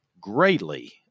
greatly